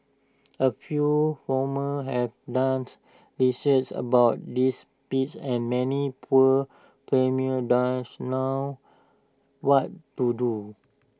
A few farmers have dance research about these pests and many poor dance know what to do